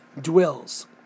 dwells